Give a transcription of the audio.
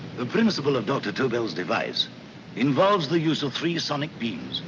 the principal of dr. tobel's device involves the use of three sonic beams.